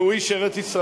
והוא איש ארץ-ישראל,